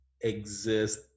exist